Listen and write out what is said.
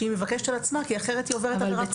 שהיא מבקשת על עצמה כי אחרת היא עוברת עבירה פלילית.